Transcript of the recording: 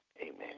Amen